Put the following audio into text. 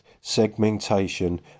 segmentation